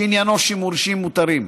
שעניינו שימושים מותרים.